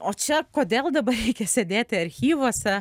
o čia kodėl dabar reikia sėdėti archyvuose